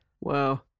Wow